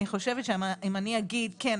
אני חושבת שאם אני אגיד: כן,